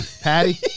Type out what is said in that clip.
Patty